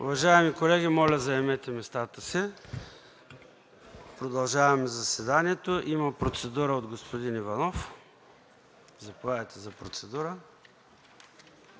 Уважаеми колеги, моля, заемете местата си. Продължаваме заседанието. Има процедура от господин Иванов. Заповядайте за процедура.